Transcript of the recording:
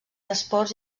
esports